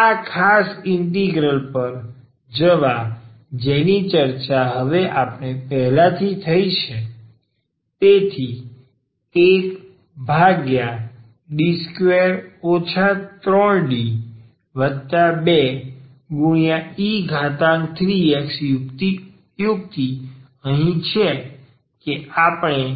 આ ખાસ ઇન્ટિગ્રલ પર જવા જેની ચર્ચા હવે પહેલાથી થઈ છે તેથી 1D2 3D2e3x યુક્તિ અહીં છે કે આપણે